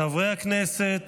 חברי הכנסת,